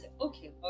okay